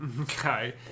Okay